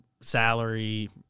salary